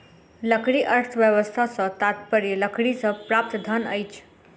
लकड़ी अर्थव्यवस्था सॅ तात्पर्य लकड़ीसँ प्राप्त धन अछि